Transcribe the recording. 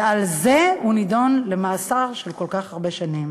ועל זה הוא נידון למאסר של כל כך הרבה שנים.